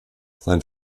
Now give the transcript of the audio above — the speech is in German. sein